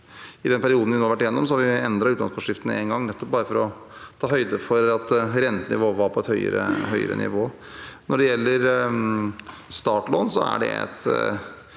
I den perioden vi nå har vært gjennom, har vi endret utlånsforskriften én gang, for å ta høyde for at rentenivået var på et høyere nivå. Når det gjelder startlån, er det et